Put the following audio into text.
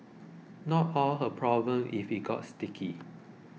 not all her problem if it got sticky